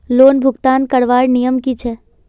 Loan भुगतान करवार नियम की छे?